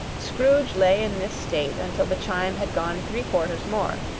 scrooge lay in this state until the chime had gone three quarters more,